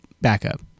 backup